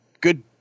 good